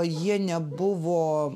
jie nebuvo